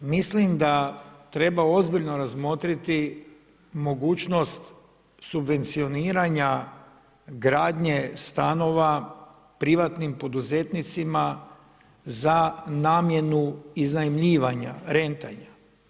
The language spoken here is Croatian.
Mislim da treba ozbiljno razmotriti mogućnost subvencioniranja gradnje stanova privatnim poduzetnicima za namjenu iznajmljivanja, rentanja.